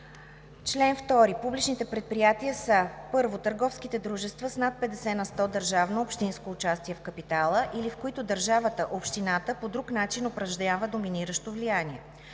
„Чл. 2. (1) Публични предприятия са: 1. търговските дружества с над 50 на сто държавно/общинско участие в капитала или в които държавата/общината по друг начин упражнява доминиращо влияние;